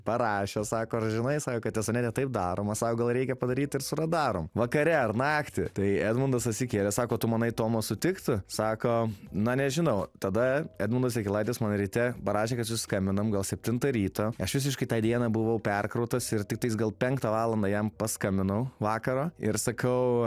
parašė sako ar žinai sako kad tesonete taip daroma sako gal reikia padaryt ir radarom vakarę ar naktį tai edmundas atsikėlė sako tu manai tomas sutiktų sako na nežinau tada edmundas jakilaitis man ryte parašė kad susiskambinam gal septintą ryto aš visiškai tą dieną buvau perkrautas ir tiktais gal penktą valandą jam paskambinau vakaro ir sakau